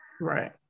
Right